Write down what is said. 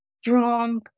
strong